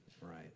Right